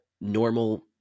normal